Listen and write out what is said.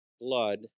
blood